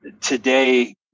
today